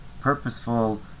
purposeful